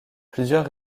plusieurs